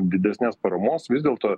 didesnės paramos vis dėlto